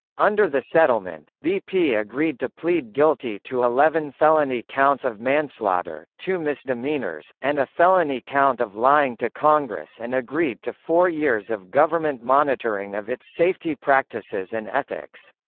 under the settlement, bp agreed to plead guilty to eleven felony counts of manslaughter, two misdemeanors, and a felony count of lying to congress and agreed to four years of government monitoring of its safety practices and ethics.